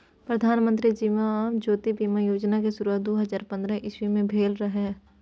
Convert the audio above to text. प्रधानमंत्री जीबन ज्योति बीमा योजना केँ शुरुआत दु हजार पंद्रह इस्बी मे भेल रहय